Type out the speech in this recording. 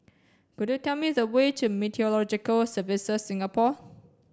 could you tell me the way to Meteorological Services Singapore